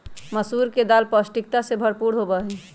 मसूर के दाल पौष्टिकता से भरपूर होबा हई